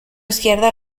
izquierda